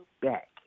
back